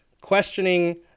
questioning